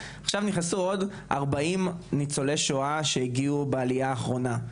היא מכניסה עוד כ-40 ניצולי שואה שעלו בעלייה האחרונה,